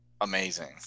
amazing